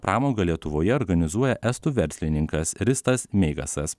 pramogą lietuvoje organizuoja estų verslininkas ristas meigasas